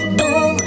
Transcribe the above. boom